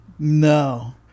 no